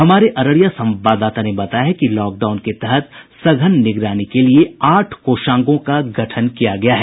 हमारे अररिया संवाददाता ने बताया है कि लॉक डाउन के तहत सघन निगरानी के आठ कोषांगों का गठन किया गया है